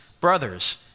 Brothers